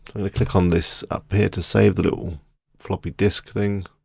click on this up here to save, the little floppy disc thing.